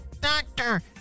Doctor